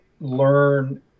learn